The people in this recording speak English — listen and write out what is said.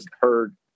heard